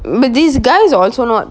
but these guys are also not